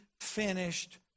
finished